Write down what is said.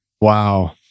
Wow